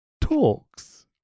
talks